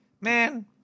Man